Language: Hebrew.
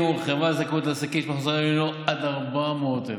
הורחבה הזכאות לעסקים שמחזורם הוא עד 400,000,